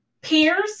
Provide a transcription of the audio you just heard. peers